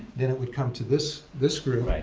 then it would come to this this group. right.